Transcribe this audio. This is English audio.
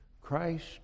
Christ